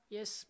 Yes